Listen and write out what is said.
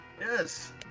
Yes